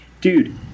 Dude